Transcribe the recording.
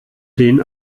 den